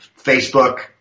Facebook